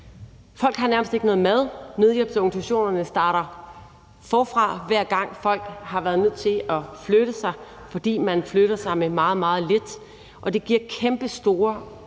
Folk har nærmest ikke noget mad. Nødhjælpsorganisationerne starter forfra, hver gang folk har været nødt til at flytte sig, fordi man flytter sig med meget, meget lidt, og det giver kolossalt store